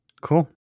Cool